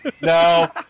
No